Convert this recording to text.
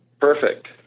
Perfect